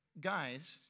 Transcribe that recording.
Guys